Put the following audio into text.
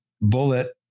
bullet